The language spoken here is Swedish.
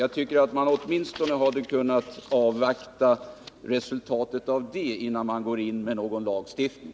Jag tycker att man åtminstone hade kunnat avvakta resultatet av det innan man går in med någon lagstiftning.